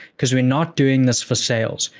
cause we not doing this for sales,